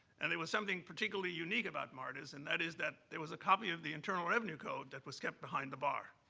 and there was something particularly unique about marta's, and that is that there was a copy of the internal revenue code that was kept behind the bar.